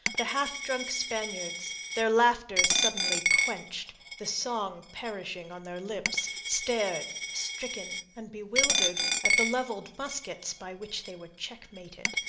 the half-drunken spaniards, their laughter suddenly quenched, the song perishing on their lips, stared, stricken and bewildered at the levelled muskets by which they were checkmated.